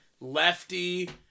Lefty